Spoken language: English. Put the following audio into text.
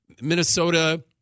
Minnesota